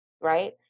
right